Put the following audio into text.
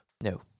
No